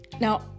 Now